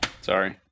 sorry